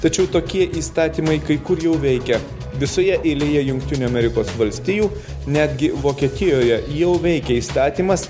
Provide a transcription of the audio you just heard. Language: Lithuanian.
tačiau tokie įstatymai kai kur jau veikia visoje eilėje jungtinių amerikos valstijų netgi vokietijoje jau veikia įstatymas